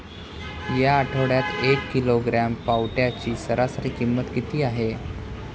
या आठवड्यात एक किलोग्रॅम पावट्याची सरासरी किंमत किती आहे?